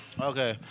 Okay